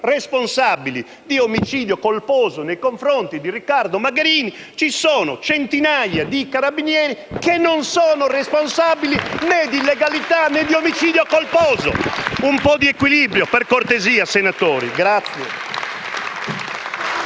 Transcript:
responsabili di omicidio colposo nei confronti di Riccardo Magherini, ci sono centinaia di carabinieri che non sono responsabili né di illegalità, né di omicidio colposo. Un po' di equilibrio, per cortesia, senatori.